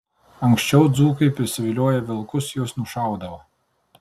anksčiau dzūkai prisivilioję vilkus juos nušaudavo